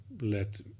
let